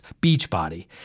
Beachbody